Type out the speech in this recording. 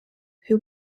who